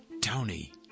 Tony